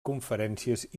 conferències